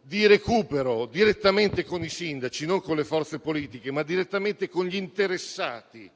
di recupero direttamente con i sindaci, non con le forze politiche ma direttamente con gli interessati